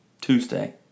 Tuesday